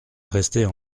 rester